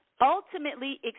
ultimately